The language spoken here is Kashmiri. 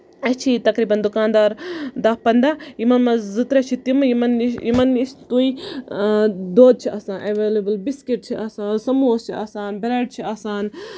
اَسہِ چھِ ییٚتہِ تَقریٖبَن دُکان دار دہ پَنداہ یِمَو منٛز زٕ ترے چھِ تِمہٕ یِمَن نِش تُہۍ دۄد چھِ آسان اٮ۪وٮ۪لِبٔل بِسکٹ چھِ آسان سَموسہٕ چھِ آسان برٮ۪ڈ چھِ آسان